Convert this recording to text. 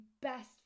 best